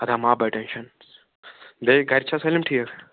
اَدا ہا ما بر ٹٮ۪نٛشن بیٚیہِ گرِ چھا سٲلِم ٹھیٖک